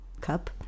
cup